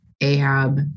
Ahab